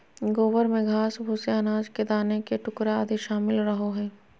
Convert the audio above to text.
गोबर में घास, भूसे, अनाज के दाना के टुकड़ा आदि शामिल रहो हइ